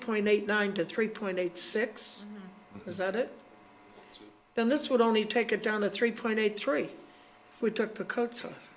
point eight nine to three point eight six is that it then this would only take it down to three point eight three we took the coats